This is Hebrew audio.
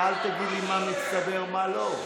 אתה אל תגיד לי מה מצטבר, מה לא.